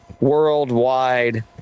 Worldwide